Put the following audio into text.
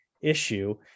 issue